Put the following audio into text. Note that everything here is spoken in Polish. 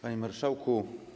Panie Marszałku!